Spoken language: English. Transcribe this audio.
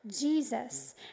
Jesus